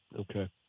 Okay